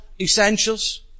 essentials